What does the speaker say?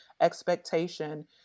expectation